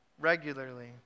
regularly